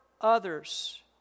others